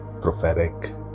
prophetic